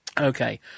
Okay